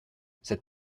cette